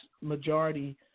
majority